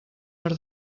per